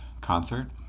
concert